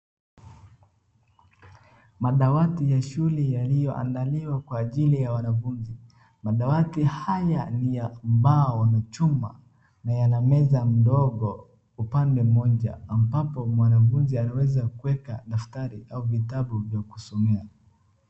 Madawati ya shule yaliyoandaliwa kwa ajili ya wanafunzi madawati haya ni ya mbao na chuma na yana meza mdogo upande mmoja ambapo mwanafunzi anaweza kuweka daftari au vitabu vya kusomea.